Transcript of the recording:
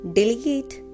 Delegate